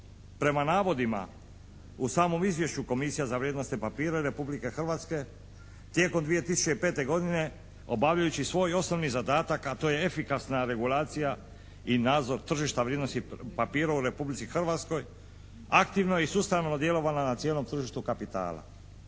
Prema navodima u samom izvješću Komisija za vrijednosne papire Republike Hrvatske tijekom 2005. godine obavljajući svoj osnovni zadatak, a to je efikasna regulacija i nadzor tržišnih vrijednosnih papira u Republici Hrvatskoj, aktivno i sustavno djelovala na cijelom tržištu kapitala.